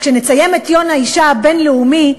כשנציין את יום האישה הבין-לאומי,